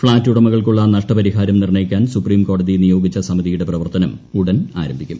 ഫ്ളാറ്റുടമകൾക്കുള്ള നഷ്ടപരിഹാരം നിർണ്ണയിക്കാൻ സുപ്രീംകോടതി നിയോഗിച്ച സമിതിയുടെ പ്രവർത്തനം ഉടൻ ആരംഭിക്കും